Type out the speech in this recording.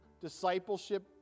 discipleship